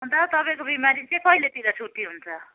अन्त तपाईँको बिमारी चाहिँ कहिलेतिर छुट्टी हुन्छ